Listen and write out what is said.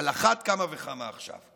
על אחת כמה וכמה עכשיו.